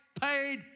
paid